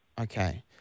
Okay